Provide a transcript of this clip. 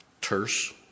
terse